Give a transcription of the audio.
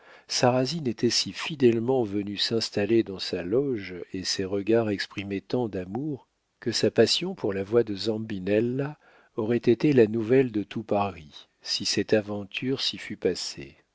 sarrasine était si fidèlement venu s'installer dans sa loge et ses regards exprimaient tant d'amour que sa passion pour la voix de zambinella aurait été la nouvelle de tout paris si cette aventure s'y fût passée